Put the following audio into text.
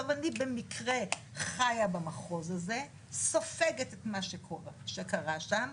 אני במקרה חיה במחוז הזה, סופגת את מה שקרה שם,